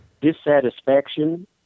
dissatisfaction